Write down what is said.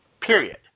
period